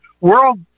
World